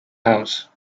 house